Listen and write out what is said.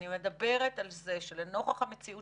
אני מדברת על זה שלנוכח המציאות